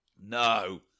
No